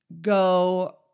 go